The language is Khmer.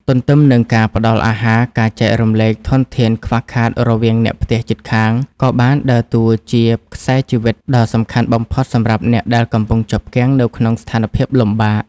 ទន្ទឹមនឹងការផ្ដល់អាហារ ការចែករំលែកធនធានខ្វះខាតរវាងអ្នកផ្ទះជិតខាង ក៏បានដើរតួជា ខ្សែជីវិត ដ៏សំខាន់បំផុតសម្រាប់អ្នកដែលកំពុងជាប់គាំងនៅក្នុងស្ថានភាពលំបាក។